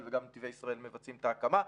וגם נתיבי ישראל מבצעים את ההקמה.